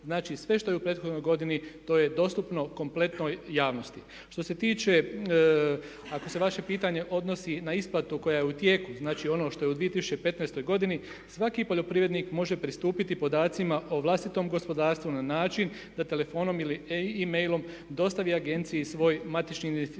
Znači sve što je u prethodnoj godini to je dostupno kompletnoj javnosti. Što se tiče ako se vaše pitanje odnosi na isplatu koja je u tijeku, znači ono što je u 2015. godini svaki poljoprivrednik može pristupiti podacima o vlastitom gospodarstvu na način da telefonom ili e-mailom dostavi agenciji svoj matični identifikacijski